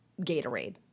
Gatorade